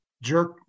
jerk